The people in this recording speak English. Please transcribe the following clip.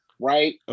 right